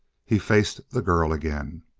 he faced the girl again.